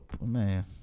man